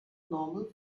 normal